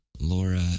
Laura